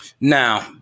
Now